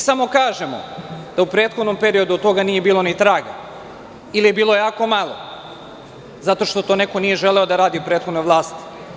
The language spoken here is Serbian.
Samo kažemo da u prethodnom periodu od toga nije bilo ni traga ili je bilo jako malo, zato što to neko nije želeo da radi u prethodnoj vlasti.